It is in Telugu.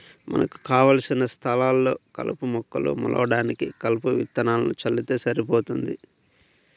మనకు కావలసిన స్థలాల్లో కలుపు మొక్కలు మొలవడానికి కలుపు విత్తనాలను చల్లితే సరిపోతుంది